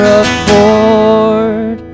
afford